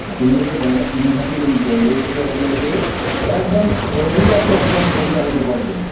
আপোনালোকে ডাঙৰ ইন'ভাটো লৈ যাওক লৈপিনে আপোনালোকে একদম বঢ়িয়াচে একদম ঘূৰি আহিব পাৰিব